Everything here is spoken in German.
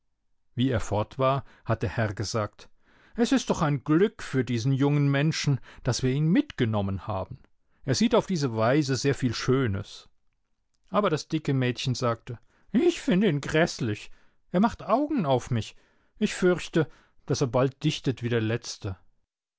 wie er fort war hat der herr gesagt es ist doch ein glück für diesen jungen menschen daß wir ihn mitgenommen haben er sieht auf diese weise sehr viel schönes aber das dicke mädchen sagte ich finde ihn gräßlich er macht augen auf mich ich fürchte daß er bald dichtet wie der letzte